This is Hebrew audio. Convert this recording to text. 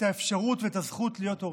את האפשרות ואת הזכות להיות הורים.